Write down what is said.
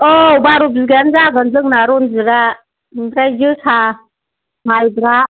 औ बार' बिगायनो जागोन जोंना रन्जितआ ओमफ्राय जोसा माइब्रा